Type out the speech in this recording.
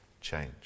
change